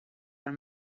are